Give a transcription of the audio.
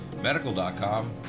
medical.com